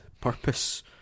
purpose